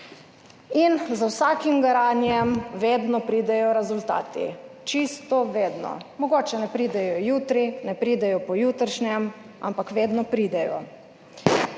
In z vsakim garanjem vedno pridejo rezultati, čisto vedno. Mogoče ne pridejo jutri, ne pridejo po jutrišnjem, ampak vedno pridejo.